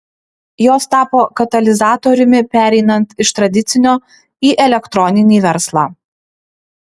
jos tapo katalizatoriumi pereinant iš tradicinio į elektroninį verslą